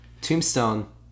Tombstone